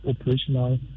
operational